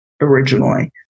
originally